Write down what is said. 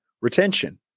retention